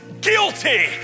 guilty